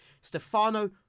Stefano